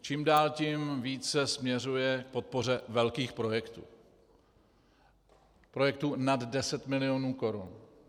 čím dál tím více směřuje k podpoře velkých projektů, projektů nad deset milionů korun.